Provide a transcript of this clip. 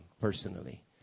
personally